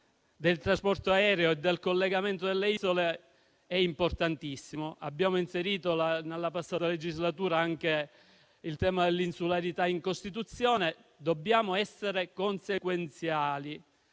il tema del trasporto aereo e dal collegamento delle isole sarà importantissimo. Abbiamo inserito nella scorsa legislatura anche il tema dell'insularità in Costituzione e dobbiamo essere consequenziali.